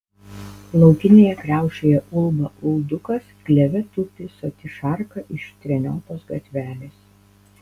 laukinėje kriaušėje ulba uldukas kleve tupi soti šarka iš treniotos gatvelės